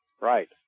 Right